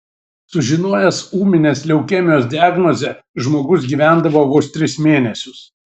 sužinojęs ūminės leukemijos diagnozę žmogus gyvendavo vos tris mėnesius